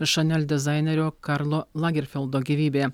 šanel dizainerio karlo lagerfeldo gyvybė